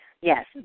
Yes